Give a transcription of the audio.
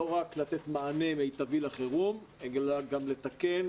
לא רק לתת מענה מיטבי לחירום אלא גם לתקן